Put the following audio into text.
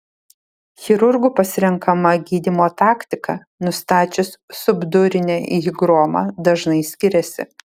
chirurgų pasirenkama gydymo taktika nustačius subdurinę higromą dažnai skiriasi